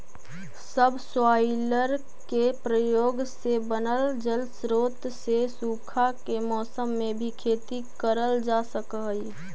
subsoiler के प्रयोग से बनल जलस्रोत से सूखा के मौसम में भी खेती करल जा सकऽ हई